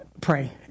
pray